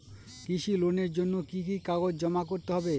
কৃষি লোনের জন্য কি কি কাগজ জমা করতে হবে?